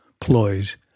ploys